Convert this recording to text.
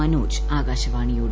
മനോജ് ആകാശവാണിയോട്